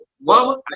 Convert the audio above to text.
Mama